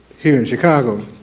here in chicago.